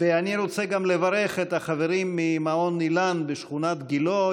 אני רוצה גם לברך את החברים ממעון איל"ן בשכונת גילה,